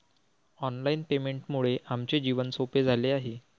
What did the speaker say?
online पेमेंटमुळे आमचे जीवन सोपे झाले आहे